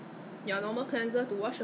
没有啦没有 I think most